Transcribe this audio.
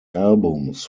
albums